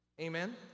Amen